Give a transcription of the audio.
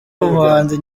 umuhanzi